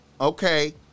okay